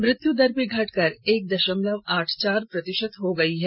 मृत्यु दर भी घटकर एक दशमलव आठ चार प्रतिशत हो गई है